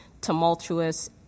tumultuous